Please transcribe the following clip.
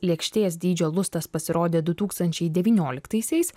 lėkštės dydžio lustas pasirodė du tūkstančiai devynioliktaisiais